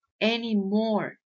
anymore